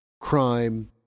crime